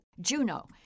Juno